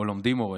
פה לומדים מורשת.